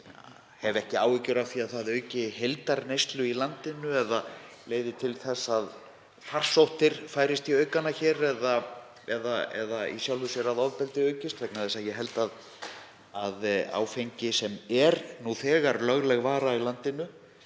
hef ekki áhyggjur af því að það auki heildarneyslu í landinu eða leiði til þess að farsóttir færist í aukana hér eða í sjálfu sér að ofbeldi aukist vegna þess að ég held að áfengi, sem er nú þegar lögleg vara í landinu,